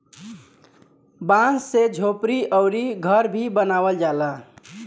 बांस से झोपड़ी अउरी घर भी बनावल जाला